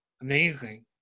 amazing